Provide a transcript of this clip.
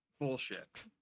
bullshit